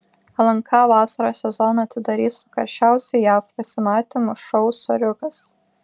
lnk vasaros sezoną atidarys su karščiausiu jav pasimatymų šou soriukas